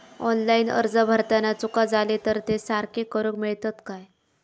Online अर्ज भरताना चुका जाले तर ते सारके करुक मेळतत काय?